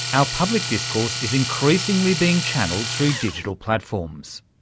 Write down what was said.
our public discourse is increasingly being channelled through digital platforms.